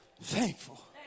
Thankful